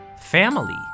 family